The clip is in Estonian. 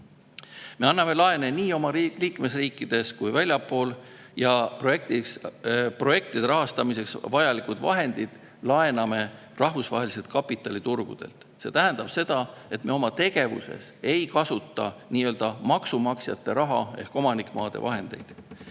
Me anname laene nii meie liikmesriikides kui ka väljaspool. Projektide rahastamiseks vajalikud vahendid laename rahvusvahelistelt kapitaliturgudelt. See tähendab, et me oma tegevuses ei kasuta nii-öelda maksumaksjate raha ehk omanikmaade vahendeid.